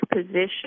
position